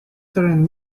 and